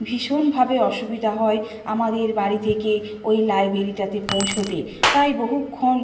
ভীষণভাবে অসুবিধা হয় আমাদের বাড়ি থেকে ওই লাইব্রেরিটাতে পৌঁছাতে তাই বহুক্ষণ